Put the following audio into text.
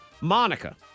Monica